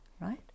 right